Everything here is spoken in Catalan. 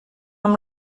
amb